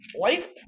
Life